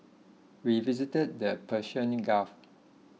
we visited the Persian Gulf